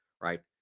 right